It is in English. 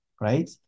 right